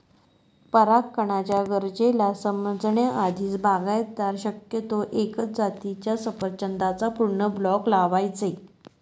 परागकणाच्या गरजेला समजण्या आधीच, बागायतदार शक्यतो एकाच जातीच्या सफरचंदाचा पूर्ण ब्लॉक लावायचे